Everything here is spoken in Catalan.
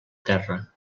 terra